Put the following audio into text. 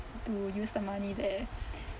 to use the money there